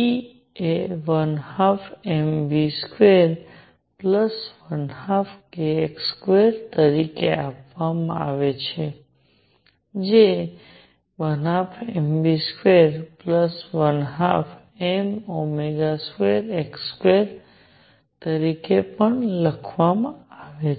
E એ 12 mv212kx2 તરીકે આપવામાં આવે છે જે 12 mv212m2x2 તરીકે પણ લખવામાં આવે છે